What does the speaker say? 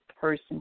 person